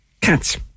cats